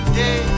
day